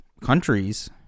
countries